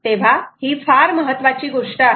तेव्हा ही फार महत्त्वाची गोष्ट आहे